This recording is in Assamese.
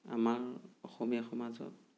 আমাৰ অসমীয়া সমাজত